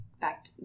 back